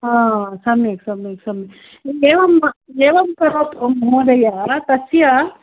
ह सम्यक् सम्यक् सम्यक् एवम् एवं करोतु महोदय तस्य